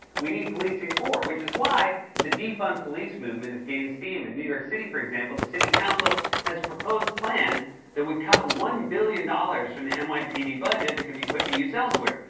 we need policing for, which is why the de-fund police movement has gained steam. in new york city, for example, the city council has proposed a plan that would cut one billion dollars from the and nypd budget that could be put to use elsewhere,